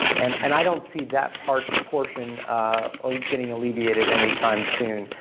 and and i don't see that portion portion ah getting alleviated anytime soon.